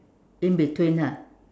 in between ha